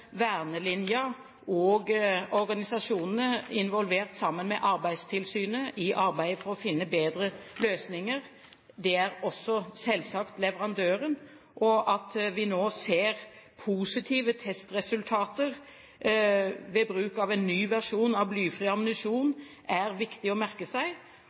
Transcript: og organisasjonene involvert, sammen med Arbeidstilsynet, i arbeidet for å finne bedre løsninger. Det er selvsagt også leverandøren. At vi nå ser positive testresultater ved bruk av en ny versjon av blyfri ammunisjon, er viktig å merke seg,